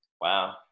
Wow